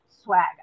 swag